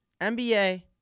NBA